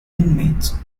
inmates